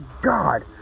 God